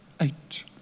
eight